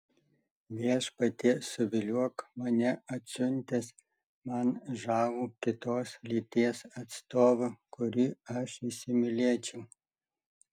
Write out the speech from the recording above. viešpatie suviliok mane atsiuntęs man žavų kitos lyties atstovą kurį aš įsimylėčiau